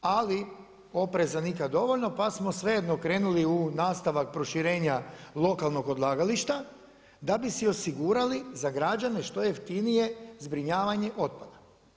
Ali opreza nikad dovoljno, pa smo svejedno krenuli u nastavak proširenja lokalnog odlagališta, da bi si osigurali za građane što jeftinije zbrinjavanje otpada.